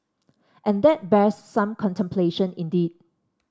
and that bears some contemplation indeed